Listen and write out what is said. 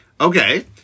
Okay